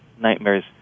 nightmares